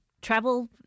travel